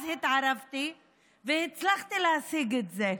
אז התערבתי והצלחתי להשיג את זה,